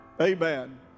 Amen